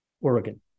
Oregon